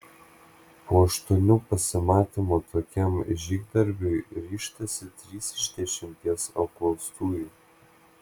po aštuonių pasimatymų tokiam žygdarbiui ryžtasi trys iš dešimties apklaustųjų